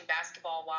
Basketball